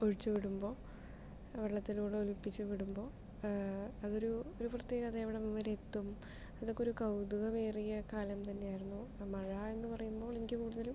ഒഴിച്ചു വിടുമ്പോൾ വെള്ളത്തിലൂടെ ഒലിപ്പിച്ചു വിടുമ്പോൾ അതൊരു പ്രത്യേകം അതെവിടം വരെ എത്തും അതൊക്കെയൊരു കൗതുകമേറിയ കാലം തന്നെയായിരുന്നു മഴ എന്ന് പറയുമ്പോൾ എനിക്ക് കൂടുതലും